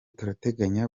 turateganya